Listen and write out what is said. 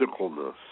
physicalness